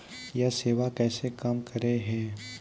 यह सेवा कैसे काम करै है?